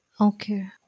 Okay